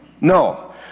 no